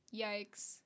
Yikes